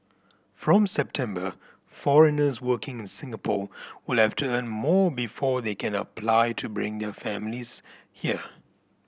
from September foreigners working in Singapore will have to earn more before they can apply to bring their families here